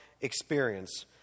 experience